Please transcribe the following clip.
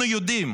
אנחנו יודעים